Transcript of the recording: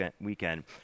weekend